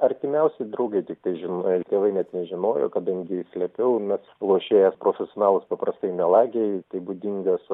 artimiausi draugai tiktai žinojo tėvai net nežinojo kadangi slėpiau nes lošėjas profesionalas paprastai melagiai tai būdingas